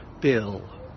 Bill